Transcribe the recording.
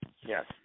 Yes